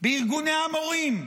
בארגוני המורים,